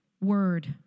word